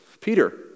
Peter